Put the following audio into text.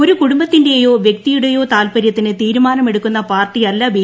ഒരു കുടുംബത്തിന്റെയോ വ്യക്തിയുടെയോ താൽപര്യത്തിന് തീരുമാനം എടുക്കുന്ന പാർട്ടിയല്ല ബി